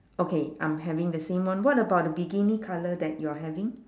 okay I'm having the same one what about the bikini colour that you're having